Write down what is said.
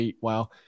wow